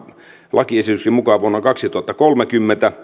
lakiesityksen mukaan vuonna kaksituhattakolmekymmentä